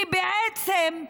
כי בעצם,